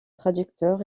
traducteur